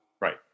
Right